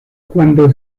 cuando